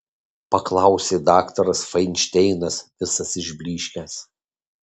paklausė daktaras fainšteinas visas išblyškęs